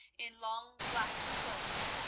in long black cloaks,